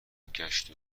گشت